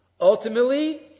Ultimately